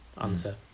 answer